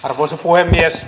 arvoisa puhemies